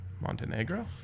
Montenegro